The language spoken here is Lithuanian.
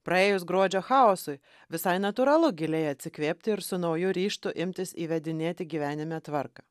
praėjus gruodžio chaosui visai natūralu giliai atsikvėpti ir su nauju ryžtu imtis įvedinėti gyvenime tvarką